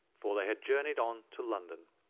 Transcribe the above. for they had journeyed on to london,